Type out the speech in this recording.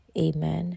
amen